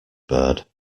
bird